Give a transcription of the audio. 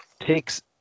takes